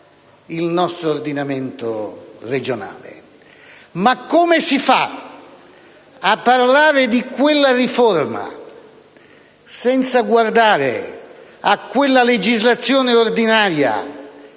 Ma come si fa a parlare di quella riforma, senza guardare alla legislazione ordinaria